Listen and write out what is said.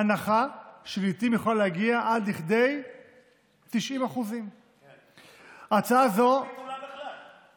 הנחה שלעיתים יכולה להגיע עד לכדי 90%. או ביטולה בכלל.